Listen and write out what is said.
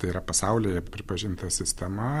tai yra pasaulyje pripažinta sistema